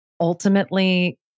ultimately